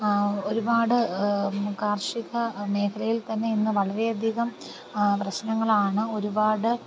ഒരുപാട് കാർഷിക മേഖലയിൽ തന്നെ ഇന്ന് വളരെ അധികം പ്രശ്നങ്ങളാണ് ഒരുപാട്